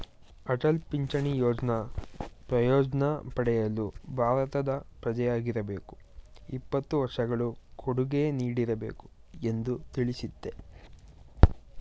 ಅಟಲ್ ಪಿಂಚಣಿ ಯೋಜ್ನ ಪ್ರಯೋಜ್ನ ಪಡೆಯಲು ಭಾರತದ ಪ್ರಜೆಯಾಗಿರಬೇಕು ಇಪ್ಪತ್ತು ವರ್ಷಗಳು ಕೊಡುಗೆ ನೀಡಿರಬೇಕು ಎಂದು ತಿಳಿಸುತ್ತೆ